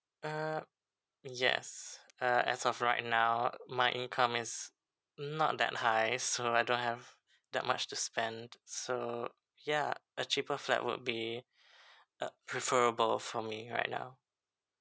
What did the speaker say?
uh yes uh as of right now my income is not that high so I don't have that much to spend so ya a cheaper flat would be uh preferable for me right now